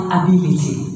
ability